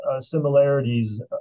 similarities